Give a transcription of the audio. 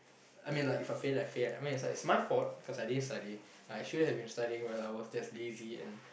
I mean like If I fail I fail I mean like it's my fault because I didn't study I should have been studying well I was just lazy and